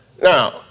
Now